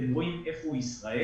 אתם רואים איפה ישראל.